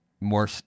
more